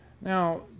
Now